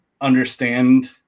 understand